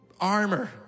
armor